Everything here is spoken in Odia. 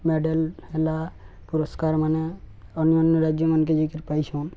ମଡ଼େଲ ହେଲା ପୁରସ୍କାରମାନେ ଅନ୍ୟ ଅନ୍ୟ ରାଜ୍ୟ ମାନକେ ଯାଇକିରି ପାଇସନ୍